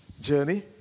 journey